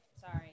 Sorry